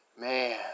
Man